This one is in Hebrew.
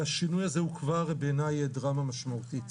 והשינוי הזה הוא כבר בעיניי דרמה משמעותית.